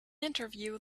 interview